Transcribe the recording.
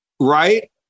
Right